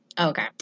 Okay